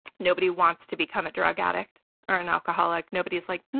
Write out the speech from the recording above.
nobody wants to become a drug addict or an alcoholic. nobody's like,